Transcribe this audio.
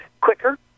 quicker